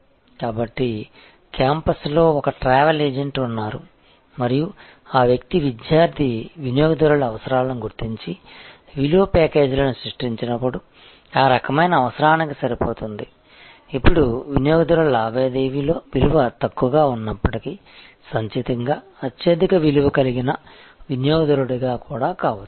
కాబట్టి క్యాంపస్లో ఒక ట్రావెల్ ఏజెంట్ ఉన్నారు మరియు ఆ వ్యక్తి విద్యార్థి వినియోగదారుల అవసరాలను గుర్తించి విలువ ప్యాకేజీలను సృష్టించినప్పుడు ఆ రకమైన అవసరానికి సరిపోతుంది అప్పుడు వినియోగదారుల లావాదేవీ విలువ తక్కువగా ఉన్నప్పటికీ సంచితంగా అత్యధిక విలువ కలిగిన వినియోగదారుడుగా కూడా కావచ్చు